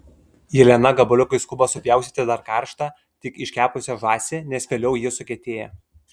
jelena gabaliukais skuba supjaustyti dar karštą tik iškepusią žąsį nes vėliau ji sukietėja